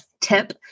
tip